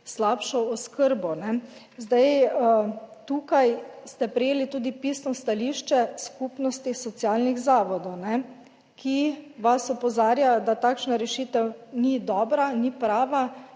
slabšo oskrbo. Tukaj ste prejeli tudi pisno stališče Skupnosti socialnih zavodov, ki vas opozarjajo, da takšna rešitev ni dobra, ni prava